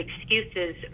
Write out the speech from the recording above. excuses